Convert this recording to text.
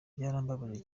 byarambabaje